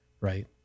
Right